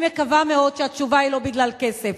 אני מקווה מאוד שהתשובה היא לא בגלל כסף.